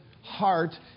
heart